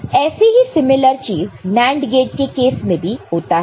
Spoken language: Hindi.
तो ऐसे ही समरूप चीज NAND गेट के केस में भी होता है